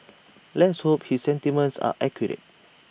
let's hope his sentiments are accurate